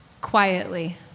quietly